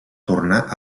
tornà